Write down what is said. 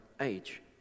age